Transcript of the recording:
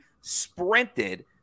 sprinted